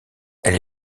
elle